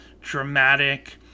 dramatic